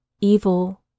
evil